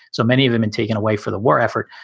so many of them and taken away for the war effort.